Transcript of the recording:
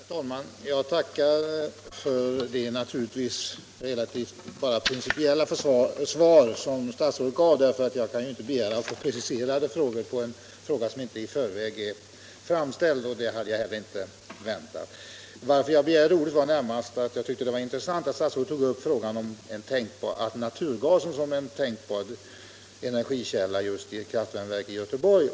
Herr talman! Jag tackar för det relativt bra — men naturligtvis bara principiella — svar som statsrådet gav. Jag kan ju inte begära att få ett preciserat svar på en fråga som inte framställts i förväg, och det hade jag heller inte väntat. Jag begärde ordet närmast därför att jag tyckte det var intressant att statsrådet tog upp frågan om naturgasen som en tänkbar energikälla just i ett kraftvärmeverk i Göteborg.